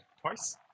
twice